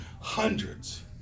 hundreds